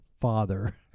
father